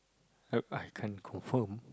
I I can't confirm